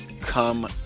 come